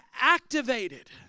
activated